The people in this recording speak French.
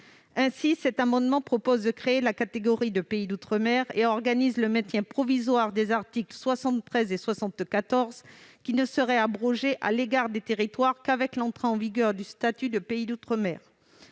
Ainsi, cet amendement tend à créer la catégorie de pays d'outre-mer et vise à organiser le maintien provisoire des articles 73 et 74, qui ne seraient abrogés à l'égard des territoires qu'avec l'entrée en vigueur du statut de pays d'outre-mer.